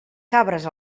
cabres